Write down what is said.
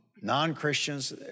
non-Christians